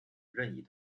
任意